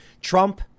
Trump